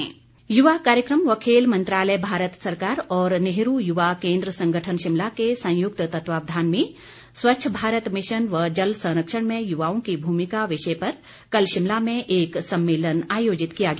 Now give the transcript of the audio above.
जुल संरक्षण युवा कार्यक्रम व खेल मंत्रालय भारत सरकार और नेहरू युवा केन्द्र संगठन शिमला के संयुक्त तत्वावधान में स्वच्छ भारत मिशन व जल संरक्षण में युवाओं की भूमिका विषय पर कल शिमला में एक सम्मेलन आयोजित किया गया